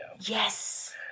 Yes